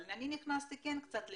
אבל אני נכנסתי כן קצת למיקרו,